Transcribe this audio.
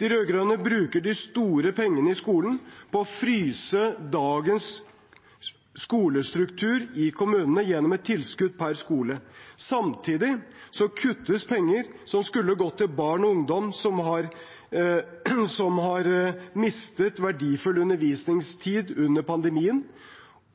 De rød-grønne bruker de store pengene i skolen på å fryse dagens skolestruktur i kommunene gjennom et tilskudd per skole. Samtidig kuttes penger som skulle gått til barn og ungdom som har mistet verdifull undervisningstid under pandemien.